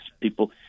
people